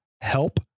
Help